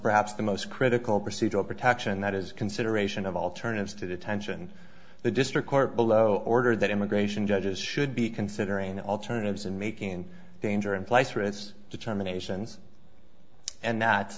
perhaps the most critical procedural protection that is consideration of alternatives to detention the district court below ordered that immigration judges should be considering alternatives and making danger in place for its determinations and